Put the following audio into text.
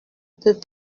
peut